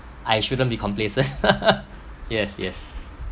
I shouldn't be complacent yes yes